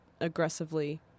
aggressively